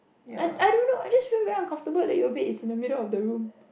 I I don't know I just feel very uncomfortable that your bed is in the middle of the room